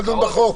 בחוק?